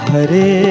Hare